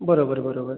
बरं बरं बरं बरं